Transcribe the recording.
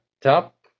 top